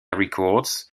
records